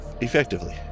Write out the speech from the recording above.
effectively